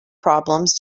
problems